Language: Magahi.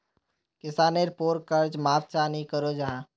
किसानेर पोर कर्ज माप चाँ नी करो जाहा?